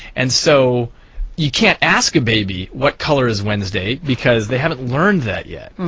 and so you can't ask a baby what colour is wednesday, because they haven't learned that yet.